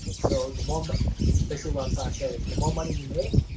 so the more but basically, what i'm trying to say is the more money you make,